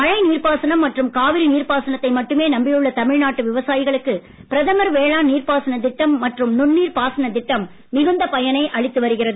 மழை நீர்பாசனம் மற்றும் காவிரி நீர் பாசனத்தை மட்டுமே நம்பியுள்ள தமிழ்நாட்டு விவசாயிகளுக்கு பிரதமர் வேளாண் நீர்ப்பாசனத் திட்டம் மற்றும் நுண்நீர் பாசனத் திட்டம் மிகுந்த பயனை அளித்து வருகிறது